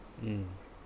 mm